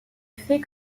fait